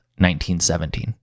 1917